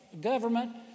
government